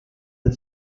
the